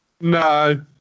No